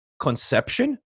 conception